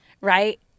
right